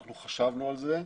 אנחנו חשבנו על זה.